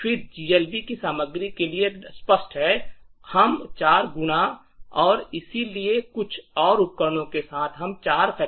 और फिर GLB की सामग्री के लिए स्पष्ट है हम 4 गुणा और इसलिए कुछ और उपकरणों के बाद हम एक 4